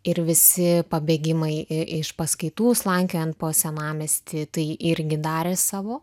ir visi pabėgimai iš paskaitų slankiojant po senamiestį tai irgi darė savo